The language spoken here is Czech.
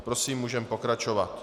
Prosím, můžeme pokračovat.